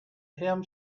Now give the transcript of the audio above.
him